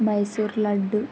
Mysore laddu